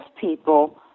people